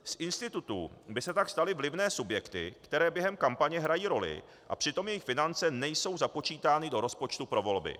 Z institutů by se tak staly vlivné subjekty, které během kampaně hrají roli, a přitom jejich finance nejsou započítány do rozpočtu pro volby.